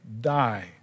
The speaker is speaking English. die